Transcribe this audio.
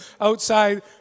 outside